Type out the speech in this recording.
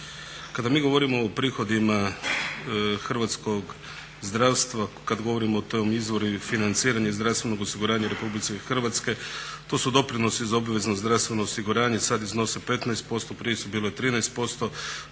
kada mi govorimo o prihodima hrvatskog zdravstva, kad govorimo o tom izvoru financiranja iz zdravstvenog osiguranja RH to su doprinosi za obvezno zdravstveno osiguranje sad iznose 15%, prije su bile 13%,